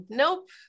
nope